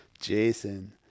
Jason